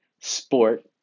sport